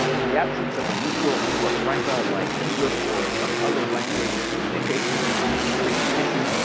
in the absence of a neutral lingua franca like english or some other language, communication can be a tricky issue.